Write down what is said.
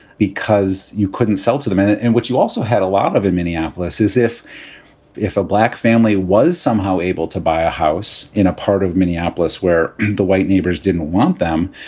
because you couldn't sell to them. and and what you also had a lot of in minneapolis is if if a black family was somehow able to buy a house in a part of minneapolis where the white neighbors didn't want them,